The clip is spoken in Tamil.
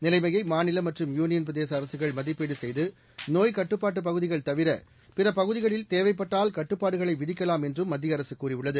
நிலைமையை மாநிலமற்றும் யூனியன் பிரதேசஅரசுகள் மதிப்பீடுசெய்து நோய்க்கட்டுப்பாட்டுபகுதிகள் தவிர பிறபகுதிகளில் தேவைப்பட்டால் கட்டுப்பாடுகளைவிதிக்கலாம் என்றும் மத்தியஅரசுகூறியுள்ளது